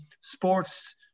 sports